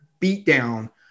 beatdown